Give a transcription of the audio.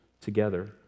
together